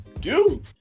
Dude